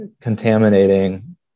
contaminating